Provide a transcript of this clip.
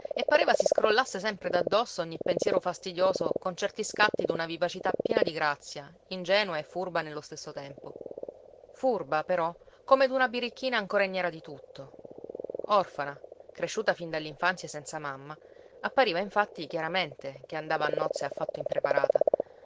e pareva si scrollasse sempre d'addosso ogni pensiero fastidioso con certi scatti d'una vivacità piena di grazia ingenua e furba nello stesso tempo furba però come d'una birichina ancora ignara di tutto orfana cresciuta fin dall'infanzia senza mamma appariva infatti chiaramente che andava a nozze affatto impreparata